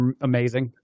amazing